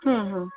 হুম হুম